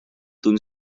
toen